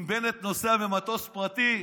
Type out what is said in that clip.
אם בנט נוסע במטוס פרטי,